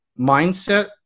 mindset